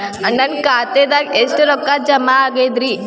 ನನ್ನ ಖಾತೆದಾಗ ಎಷ್ಟ ರೊಕ್ಕಾ ಜಮಾ ಆಗೇದ್ರಿ?